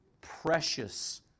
precious